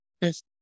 Yes